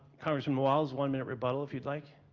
congressman walz, one-minute rebuttal if you'd like.